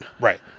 Right